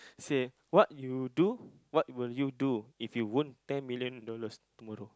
say what you do what will you do if you won ten million dollars tomorrow